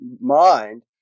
mind